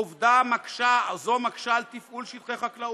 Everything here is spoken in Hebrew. עובדה זו מקשה בתפעול שטחי חקלאות,